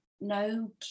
no